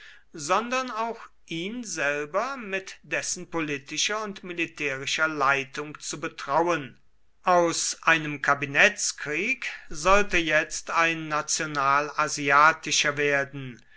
sondern auch ihn selber mit dessen politischer und militärischer leitung zu betrauen aus einem kabinettskrieg sollte der könig jetzt ein national asiatischer werden